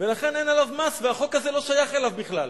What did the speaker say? ולכן אין עליו מס והחוק הזה לא שייך אליו בכלל.